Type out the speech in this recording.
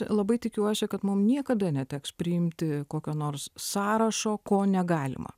aš labai tikiuosi kad mums niekada neteks priimti kokio nors sąrašo ko negalima